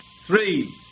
Three